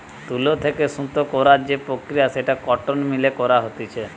তুলো থেকে সুতো করার যে প্রক্রিয়া সেটা কটন মিল এ করা হতিছে